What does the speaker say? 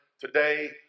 today